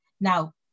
Now